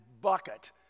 bucket